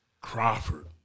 Crawford